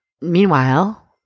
Meanwhile